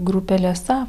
grupele sav